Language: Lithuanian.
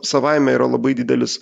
savaime yra labai didelis